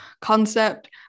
concept